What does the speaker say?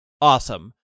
awesome